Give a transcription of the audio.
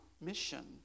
mission